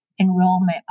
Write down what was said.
enrollment